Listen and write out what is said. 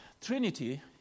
Trinity